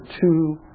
two